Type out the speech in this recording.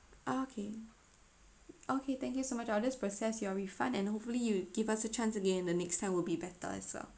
okay okay thank you so much I'll just process your refund and hopefully you give us a chance again the next time will be better as well